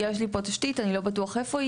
יש לי פה תשתית שאני לא בטוח איפה היא,